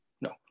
no